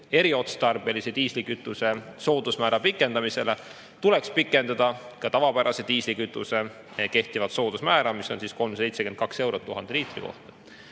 eriotstarbelise diislikütuse soodusmäära pikendamisele tuleks pikendada ka tavapärase diislikütuse kehtivat soodusmäära, mis on 372 eurot 1000 liitri kohta.